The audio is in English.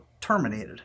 terminated